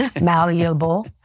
malleable